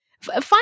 find